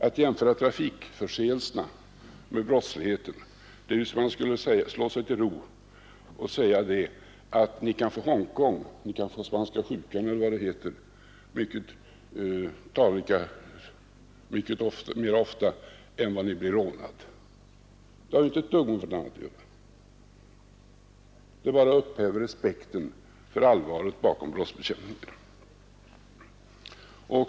Att jämföra trafikförseelserna med brottsligheten är ju som att slå sig till ro med att säga: ”Ni kan få hongkong, spanska sjukan eller vad det heter mycket oftare än ni blir rånad.” Det har inte ett dugg med vartannat att göra. Det bara upphäver respekten för allvaret bakom brottsbekämpningen.